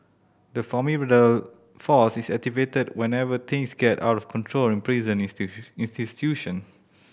the formidable force is activated whenever things get out of control in prison institution